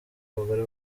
abagore